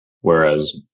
Whereas